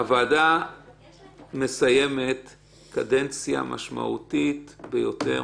הוועדה מסיימת קדנציה משמעותית ביותר,